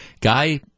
Guy